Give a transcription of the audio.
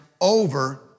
over